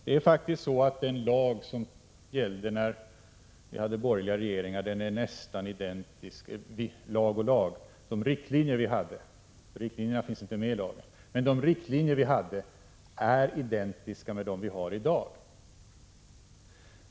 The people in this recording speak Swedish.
Det är faktiskt så att de riktlinjer som gällde när vi hade borgerliga regeringar är nästan identiska med dem som gäller i dag.